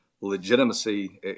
legitimacy